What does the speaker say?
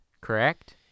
Correct